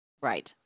Right